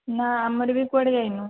ନା ଆମର ବି କୁଆଡ଼େ ଯାଇନୁ